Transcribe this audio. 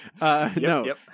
No